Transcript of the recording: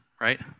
right